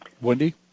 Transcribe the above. Wendy